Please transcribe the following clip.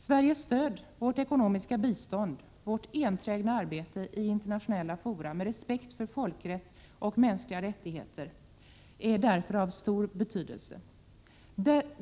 Sveriges stöd, vårt ekonomiska bistånd, vårt enträgna arbete i internationella fora för respekt för folkrätt och mänskliga rättigheter är därför av stor betydelse.